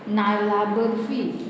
नाल्ला बर्फी